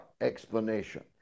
explanation